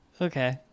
Okay